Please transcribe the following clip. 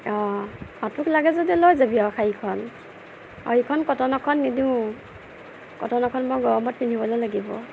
অঁ তোক লাগে যদি লৈ যাবি আৰু শাড়ীখন আৰু ইখন কটনৰখন নিদিওঁ কটনৰখন মই গৰমত পিন্ধিবলে লাগিব